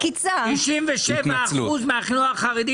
כשהסתכלתי על העקרונות המנחים של התקציב